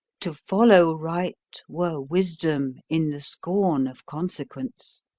to follow right were wisdom in the scorn of consequence